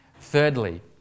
Thirdly